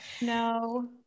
No